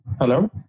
Hello